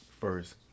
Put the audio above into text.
first